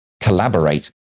collaborate